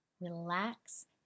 relax